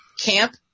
camp